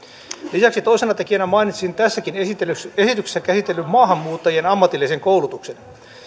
lisäksi toisena tekijänä mainitsisin tässäkin esityksessä esityksessä käsitellyn maahanmuuttajien ammatillisen koulutuksen